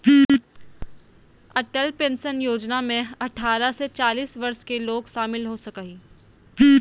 Atal pension योजना में अठारह से चालीस वर्ष के लोग शामिल हो सको हइ